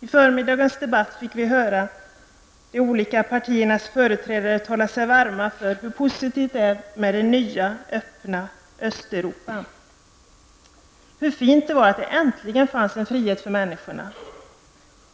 I förmiddagens debatt kunde vi höra de olika partiernas företrädare tala sig varma när det gäller hur positivt det är med det nya öppna Östeuropa, hur fint det är att det äntligen finns en frihet för människorna.